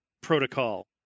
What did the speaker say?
protocol